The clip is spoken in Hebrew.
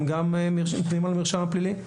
הם גם במרשם הפלילי.